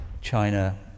China